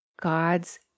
God's